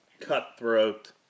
Cutthroat